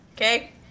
okay